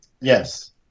Yes